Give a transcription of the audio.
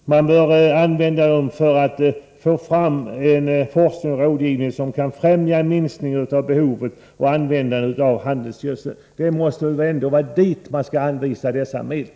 Man bör använda pengarna för att få fram en forskning och en rådgivning som skall främja en minskning av behovet och användandet av handelsgödsel. Det måste vara till detta man skall anvisa dessa medel.